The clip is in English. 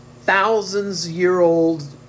thousands-year-old